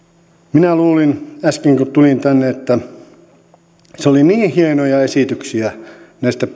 minä luulin äsken kun tulin tänne että oli niin hienoja esityksiä näistä